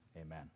Amen